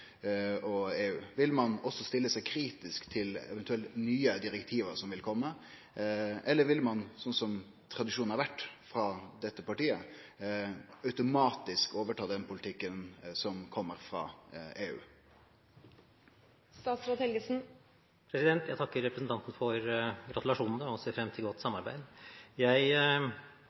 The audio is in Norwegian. og EU. Vil ein også stille seg kritisk til eventuelle nye direktiv som vil kome, eller vil ein, slik tradisjonen har vore frå dette partiet si side, automatisk ta over den poltikken som kjem frå EU? Jeg takker representanten for gratulasjonene og ser fram til godt samarbeid.